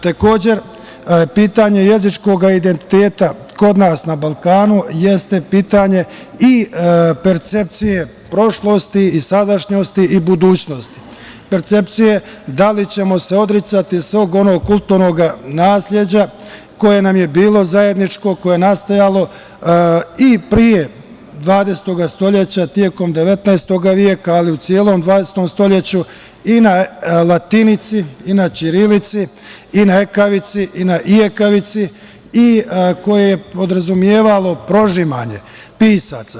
Takođe, pitanje jezičkog identiteta kod nas na Balkanu jeste pitanje i percepcije prošlosti i sadašnjosti i budućnosti percepcije, da li ćemo se odricati svog onog kulturnog nasleđa koje nam je bilo zajedničko, koje je nastajalo i pre 20. stoleća, tokom 19. stoleća, ali i u celom 20. stoleću i na latinici i na ćirilici i na ekavici i na ijekavici i koje podrazumevalo prožimanje pisaca.